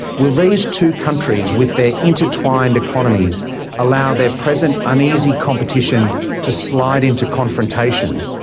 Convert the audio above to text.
will these two countries with their intertwined economies allow their present uneasy competition to slide into confrontation,